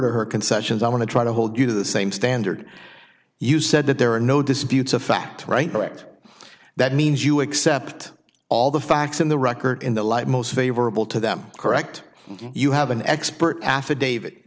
to her concessions i want to try to hold you to the same standard you said that there are no disputes a fact right right that means you accept all the facts in the record in the light most favorable to them correct you have an expert affidavit